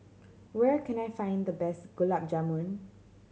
where can I find the best Gulab Jamun